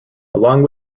along